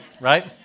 right